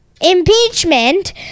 Impeachment